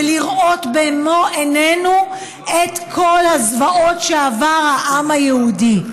ולראות במו עינינו את כל הזוועות שעבר העם היהודי.